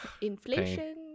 Inflation